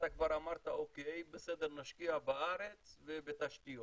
כבר אמרת אוקיי, בסדר, נשקיע בארץ ובתשתיות.